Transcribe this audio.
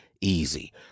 easy